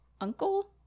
uncle